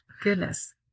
goodness